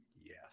Yes